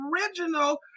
original